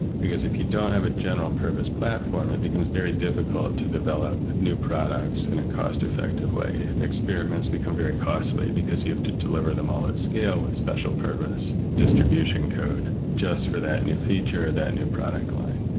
because if you don't have a general purpose platform it becomes very difficult to develop new products in a cost effective way. experiments become very costly, because you have to deliver them all at scale with special purpose distribution code just for that new feature or that new product line.